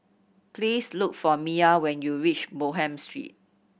please look for Miah when you reach Bonham Street